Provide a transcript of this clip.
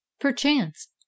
perchance